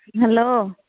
hello